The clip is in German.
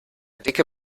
dicke